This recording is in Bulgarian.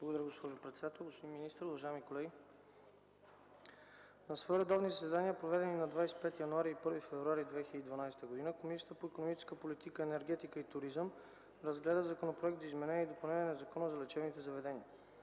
Уважаема госпожо председател, господин министър, уважаеми колеги! „На свои редовни заседания, проведени на 25 януари и 1 февруари 2012 г., Комисията по икономическата политика, енергетика и туризъм разгледа Законопроект за изменение и допълнение на Закона за лечебните заведения.